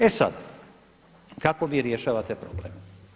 E sad, kako vi rješavate problem?